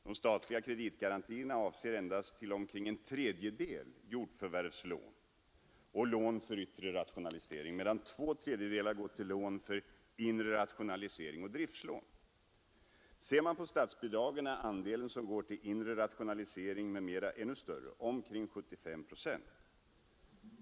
De statliga kreditgarantierna avser endast till omkring en tredjedel jordförvärvslån och lån för yttre rationalisering, medan två tredjedelar går till lån för inre rationalisering och driftlån. Ser man på statsbidragen, finner man att den andel som går till inre rationalisering m.m. är ännu större, eller omkring 75 procent.